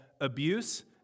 abuse